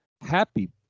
happy